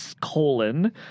colon